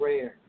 rare